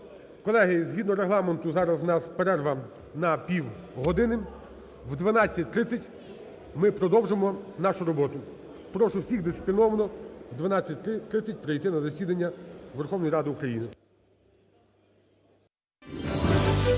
Колеги, згідно Регламенту, зараз у нас перерва на півгодини. О 12.30 ми продовжимо нашу роботу. Прошу всіх дисципліновано о 12.30 прийти на засідання Верховної Ради України.